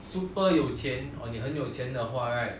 super 有钱 or 你很有钱的话 right